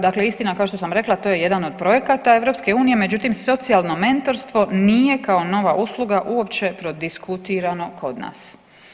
Dakle, istina kao što sam rekla to je jedan od projekata EU međutim socijalno mentorstvo nije kao nova usluga uopće prodiskutirano kod nas.